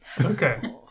Okay